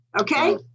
Okay